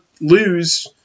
lose